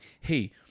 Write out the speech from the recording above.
hey